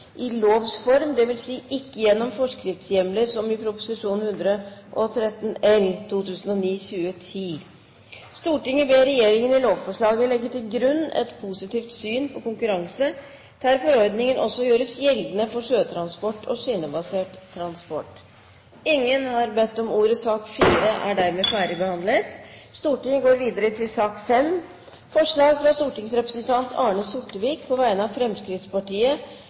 i lovs form, dvs. ikke gjennom forskriftshjemler som i Prop. 113 L . Stortinget ber regjeringen i lovforslaget legge til grunn et positivt syn på konkurranse der forordningen også gjøres gjeldende for sjøtransport og skinnebasert transport.» Det voteres over forslag fra stortingsrepresentant Arne Sortevik på vegne av Fremskrittspartiet